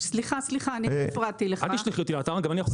אל תשלחי אותי לאתר גם אני יכול.